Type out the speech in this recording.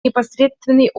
непосредственный